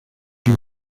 you